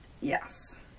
yes